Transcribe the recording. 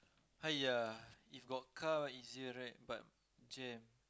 !aiay! if got car easier right but jam